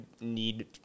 need